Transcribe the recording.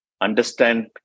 understand